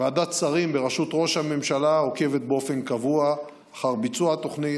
ועדת שרים בראשות ראש הממשלה עוקבת באופן קבוע אחר ביצוע התוכנית,